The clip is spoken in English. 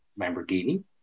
Lamborghini